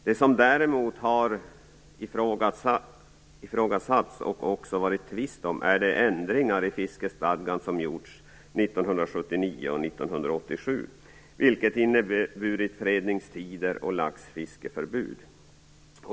Det som däremot har ifrågasatts och också varit tvist om är de ändringar i fiskestadgan som gjorts 1979 och 1987, vilka medfört fredningstider och laxfiskeförbud.